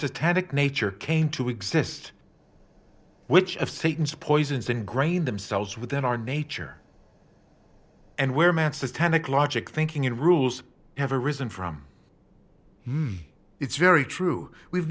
systemic nature came to exist which of satan's poisons ingrained themselves within our nature and where man systemic logic thinking in rules have arisen from it's very true we've